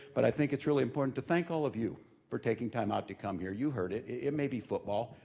but i think it's really important to thank all of you for taking time out to come here. you heard it it may be football,